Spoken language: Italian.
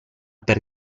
per